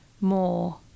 more